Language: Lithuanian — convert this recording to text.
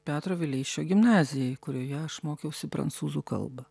petro vileišio gimnazijai kurioje aš mokiausi prancūzų kalbą